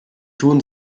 tun